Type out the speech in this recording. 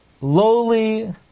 lowly